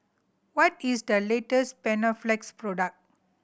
what is the latest Panaflex product